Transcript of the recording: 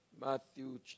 Matthew